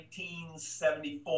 1974